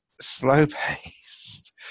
slow-paced